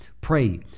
Pray